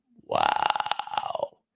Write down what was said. Wow